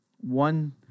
One